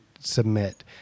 Submit